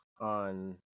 on